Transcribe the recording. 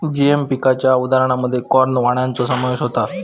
GM पिकांच्या उदाहरणांमध्ये corn वाणांचो समावेश होता